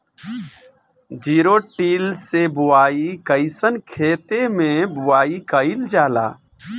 Zero till से बुआई कयिसन खेते मै बुआई कयिल जाला?